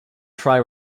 tri